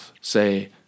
say